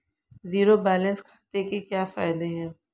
Zero balance खाते के क्या फायदे हैं?